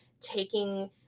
taking